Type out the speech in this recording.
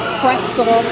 pretzel